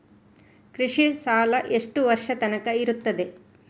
ಕೃಷಿ ಸಾಲ ಎಷ್ಟು ವರ್ಷ ತನಕ ಇರುತ್ತದೆ?